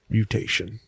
Mutation